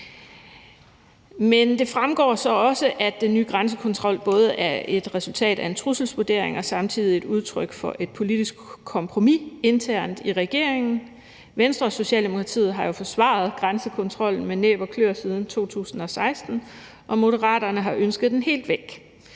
Men det fremgår så også, at den nye grænsekontrol både er et resultat af en trusselsvurdering, og at den samtidig er et udtryk for et politisk kompromis internt i regeringen. Venstre og Socialdemokratiet har jo forsvaret grænsekontrollen med næb og kløer siden 2016, og Moderaterne har ønsket den helt væk.